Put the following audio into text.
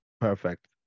Perfect